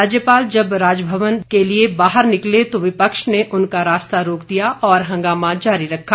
राज्यपाल जब राजभवन जाने के लिए बाहर निकले तो विपक्ष ने उनका रास्ता रोक दिया और हंगामा जारी रखा